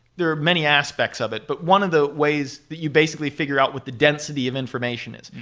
there are many aspects of it, but one of the ways that you basically figure out what the density of information is.